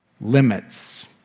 limits